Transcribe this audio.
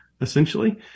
essentially